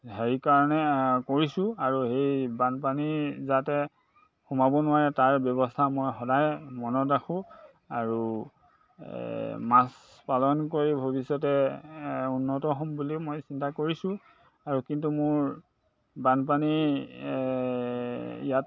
হেৰি কাৰণে কৰিছোঁ আৰু সেই বানপানী যাতে সোমাব নোৱাৰে তাৰ ব্যৱস্থা মই সদায় মনত ৰাখোঁ আৰু মাছ পালন কৰি ভৱিষ্যতে উন্নত হ'ম বুলি মই চিন্তা কৰিছোঁ আৰু কিন্তু মোৰ বানপানী ইয়াত